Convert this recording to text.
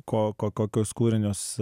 ko ko kokius kūrinius